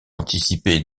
anticipé